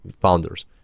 founders